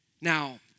Now